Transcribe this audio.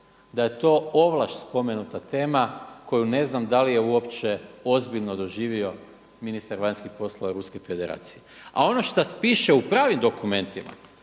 da je to ovlaš spomenuta tema koju ne znam da li je uopće ozbiljno doživio ministar vanjskih poslova Ruske federacije. A ono šta piše u pravim dokumentima